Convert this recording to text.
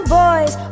boys